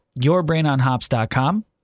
yourbrainonhops.com